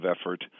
effort